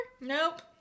Nope